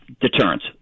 deterrence